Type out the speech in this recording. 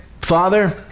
Father